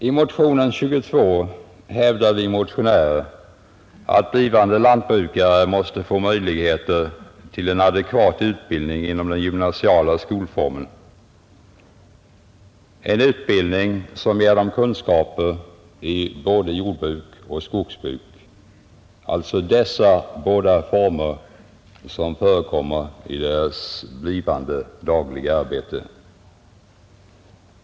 I motionen 22 hävdar vi motionärer att blivande lantbrukare måste få möjligheter till en adekvat utbildning inom den gymnasiala skolformen — en utbildning som ger dem kunskaper i både jordbruk och skogsbruk, alltså dessa båda former som förekommer i deras blivande dagliga arbete.